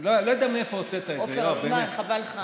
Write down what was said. אני לא יודע מאיפה הוצאת את זה, יואב, באמת.